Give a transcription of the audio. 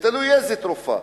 תלוי איזה תרופה.